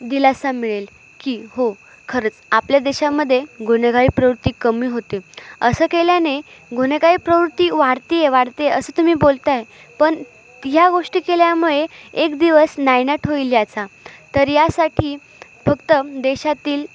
दिलासा मिळेल की हो खरंच आपल्या देशामध्ये गुन्हेगारी प्रवृत्ती कमी होते असं केल्याने गुन्हेगारी प्रवृत्ती वाढत आहे वाढते असं तुम्ही बोलत आहे पण ह्या गोष्टी केल्यामुळे एक दिवस नायनाट होईल याचा तर यासाठी फक्त देशातील